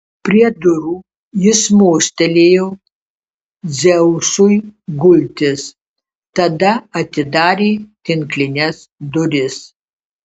prie durų jis mostelėjo dzeusui gultis tada atidarė tinklines duris